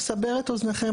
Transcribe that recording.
לסבר את אוזניכם,